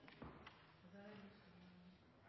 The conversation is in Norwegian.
og forutsigbarhet. Det er